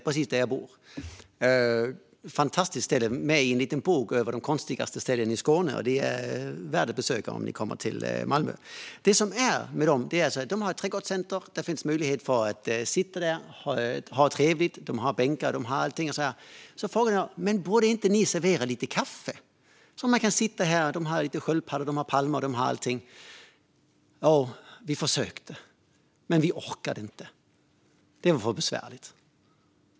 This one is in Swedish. Det är ett fantastiskt ställe som är med i en liten bok om de konstigaste ställena i Skåne, och det är värt ett besök om ni kommer till Malmö. I trädgårdscentret har de bänkar där man kan sitta och titta på sköldpaddor, palmer med mera, och jag frågade därför om de inte borde servera kaffe. De svarade: Vi försökte, men vi orkade inte. Det var för besvärligt.